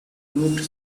moved